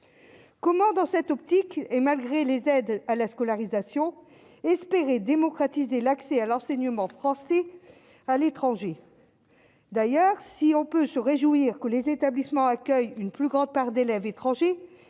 comment, dans cette optique, et malgré les aides à la scolarisation espérer démocratiser l'accès à l'enseignement français à l'étranger d'ailleurs, si on peut se réjouir que les établissements accueillent une plus grande part d'élèves étrangers,